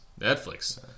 Netflix